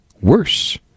worse